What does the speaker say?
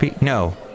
No